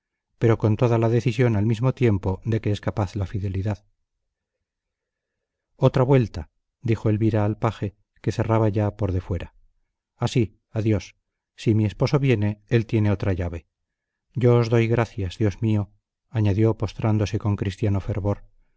pero con toda la decisión al mismo tiempo de que es capaz la fidelidad otra vuelta dijo elvira al paje que cerraba ya por defuera así adiós si mi esposo viene él tiene otra llave yo os doy gracias dios mío añadió postrándose con cristiano fervor